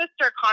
sister